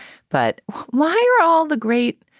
but why are all the great.